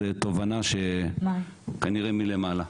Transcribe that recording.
זה תובנה שכנראה מלמעלה.